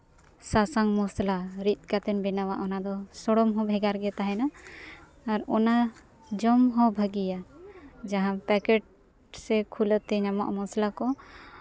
ᱥᱟᱥᱟᱝ ᱢᱚᱥᱞᱟ ᱨᱤᱫ ᱠᱟᱛᱮ ᱵᱮᱱᱟᱣᱟ ᱚᱱᱟ ᱫᱚ ᱥᱚᱲᱚᱢ ᱦᱚᱸ ᱵᱷᱮᱜᱟᱨ ᱜᱮᱛᱟᱦᱮᱱᱟ ᱟᱨ ᱚᱱᱟ ᱡᱚᱢ ᱦᱚᱸ ᱵᱷᱟᱹᱜᱤᱭᱟ ᱡᱟᱦᱟᱸ ᱯᱮᱠᱮᱴ ᱥᱮ ᱠᱷᱩᱞᱟᱹᱛᱮ ᱧᱟᱢᱚᱜ ᱢᱚᱥᱞᱟ ᱠᱚ